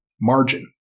margin